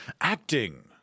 acting